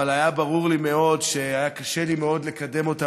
אבל ברור לי מאוד שהיה לי קשה מאוד לקדם אותה